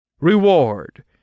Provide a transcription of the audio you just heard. Reward